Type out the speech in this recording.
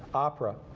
opera.